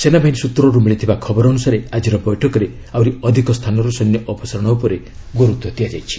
ସେନାବାହିନୀ ସ୍ବତ୍ରରୁ ମିଳିଥିବା ଖବର ଅନୁସାରେ ଆଜିର ବୈଠକରେ ଆହୁରି ଅଧିକ ସ୍ଥାନରୁ ସୈନ୍ୟ ଅପସାରଣ ଉପରେ ଗୁରୁତ୍ୱ ଦିଆଯାଇଛି